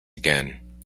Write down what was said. again